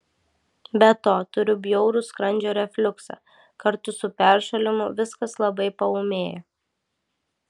be to turiu bjaurų skrandžio refliuksą kartu su peršalimu viskas labai paūmėjo